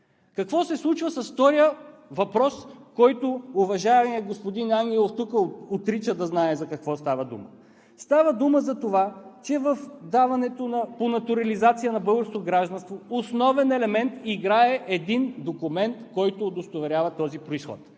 Какво се случва с втория въпрос, който уважаемият господин Ангелов отрича да знае за какво става дума? Става дума за това, че в даването на българско гражданство по натурализация основен елемент играе един документ, който удостоверява този произход.